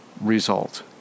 result